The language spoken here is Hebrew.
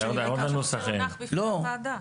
הערות לנוסח שהונח בפני הוועדה.